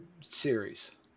series